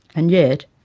and yet,